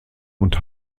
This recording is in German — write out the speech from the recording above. und